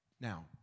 Now